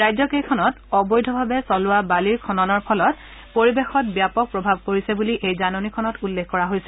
ৰাজ্যকেইখনত অবৈধভাৱে চলোৱা বালিৰ খননৰ ফলত পৰিৱেশত ব্যাপক প্ৰভাৱ পৰিছে বুলি এই জাননখনত উল্লেখ কৰা হৈছে